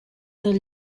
del